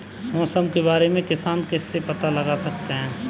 मौसम के बारे में किसान किससे पता लगा सकते हैं?